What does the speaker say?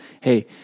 hey